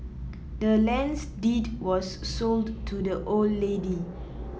the land's deed was sold to the old lady